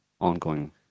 ongoing